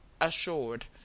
assured